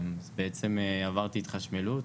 בעצם עברתי התחשמלות,